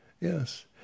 yes